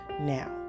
Now